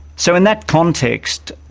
so in that context,